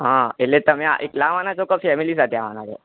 હા એટલે તમે એકલા આવવાના છો કે ફેમિલી સાથે આવવાના છો